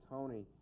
Tony